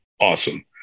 awesome